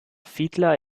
fiedler